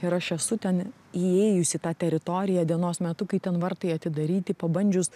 ir aš esu ten įėjus į tą teritoriją dienos metu kai ten vartai atidaryti pabandžius